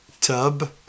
tub